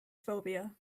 phobia